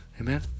Amen